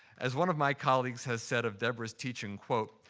as one of my colleagues has said of deborah's teaching, quote,